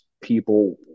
people